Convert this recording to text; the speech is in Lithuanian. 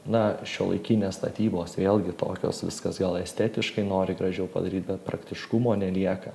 na šiuolaikinės statybos vėlgi tokios viskas gal estetiškai nori gražiau padaryt bet praktiškumo nelieka